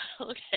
Okay